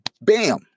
Bam